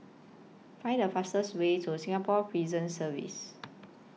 Find The fastest Way to Singapore Prison Service